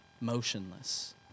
motionless